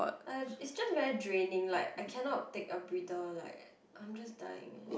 uh is just very draining like I cannot take a breather like I'm just dying